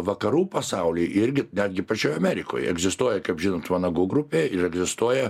vakarų pasauly irgi netgi pačioj amerikoje egzistuoja kaip žinant vanagų grupė ir egzistuoja